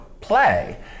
play